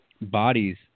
bodies